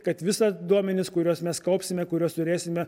kad visa duomenis kuriuos mes kaupsime kuriuos turėsime